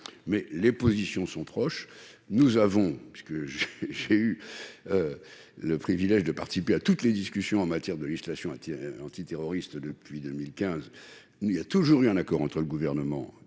la position de la commission est proche. J'ai eu le privilège de participer à toutes les discussions en matière de législation antiterroriste depuis 2015 : il y a toujours eu un accord entre le Gouvernement,